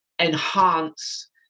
enhance